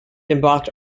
embarked